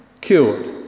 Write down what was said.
cured